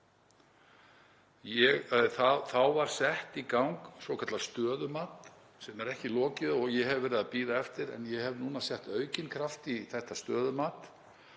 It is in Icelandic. Þá var sett í gang svokallað stöðumat sem er ekki lokið og ég hef verið að bíða eftir. En ég hef núna sett aukinn kraft í þetta stöðumat